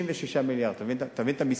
66 מיליארד, תבין את המספר,